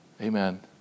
Amen